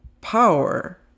power